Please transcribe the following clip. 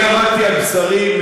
אני למדתי על בשרי,